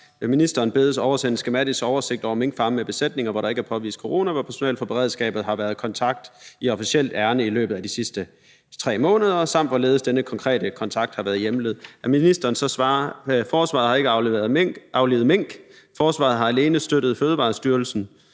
Ministeren bedes oversende en skematisk oversigt over minkfarme med besætninger, hvor der ikke er påvist corona, og hvor personel fra beredskabet har været i kontakt i officielt ærinde i løbet af de sidste 3 måneder, samt hvorledes denne konkrete kontakt har været hjemlet. Så svarer ministeren: Forsvaret har ikke aflivet mink. Forsvaret har alene støttet Fødevarestyrelsens